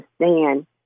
understand